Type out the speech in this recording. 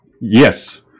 Yes